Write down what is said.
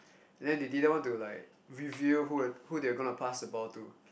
and then they didn't want to like reveal who th~ who they were gonna to pass the ball to